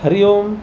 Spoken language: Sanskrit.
हरि ओं